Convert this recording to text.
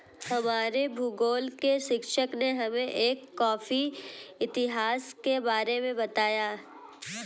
हमारे भूगोल के शिक्षक ने हमें एक कॉफी इतिहास के बारे में बताया